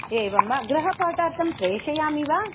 एवं वा गृहपाठार्थं प्रेषयामि वा